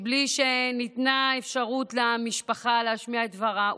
בלי שניתנה אפשרות למשפחה להשמיע את דברה.